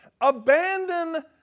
Abandon